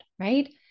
right